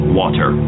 water